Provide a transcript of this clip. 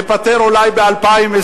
תיפתר אולי ב-2020.